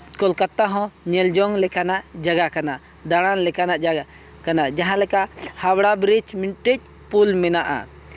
ᱠᱳᱞᱠᱟᱛᱟ ᱦᱚᱸ ᱧᱮᱞ ᱡᱚᱝ ᱞᱮᱠᱟᱱᱟᱜ ᱡᱟᱭᱜᱟ ᱠᱟᱱᱟ ᱫᱟᱬᱟᱱ ᱞᱮᱠᱟᱱᱟᱜ ᱡᱟᱭᱜᱟ ᱠᱟᱱᱟ ᱡᱟᱦᱟᱸ ᱞᱮᱠᱟ ᱦᱟᱣᱲᱟ ᱵᱨᱤᱡᱽ ᱢᱤᱫᱴᱟᱝ ᱯᱳᱞ ᱢᱮᱱᱟᱜᱼᱟ